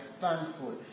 thankful